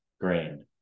grain